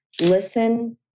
listen